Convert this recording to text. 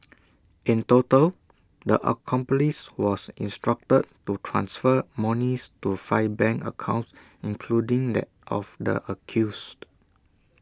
in total the accomplice was instructed to transfer monies to five bank accounts including that of the accused